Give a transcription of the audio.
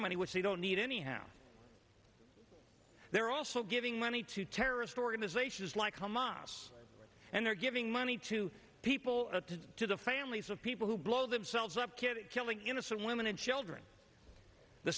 money which they don't need anyhow they're also giving money to terrorist organizations like hamas and they're giving money to people to the families of people who blow themselves up killing innocent women and children the